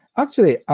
actually,